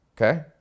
okay